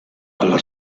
alla